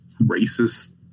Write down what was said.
racist